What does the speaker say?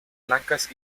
blancas